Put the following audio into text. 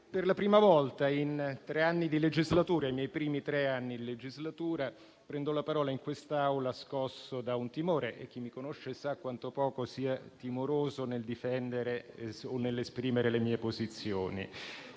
di legislatura, i miei primi tre anni di legislatura, prendo la parola in quest'Aula scosso da un timore e chi mi conosce sa quanto poco sia timoroso nel difendere o nell'esprimere le mie posizioni.